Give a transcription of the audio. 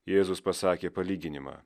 jėzus pasakė palyginimą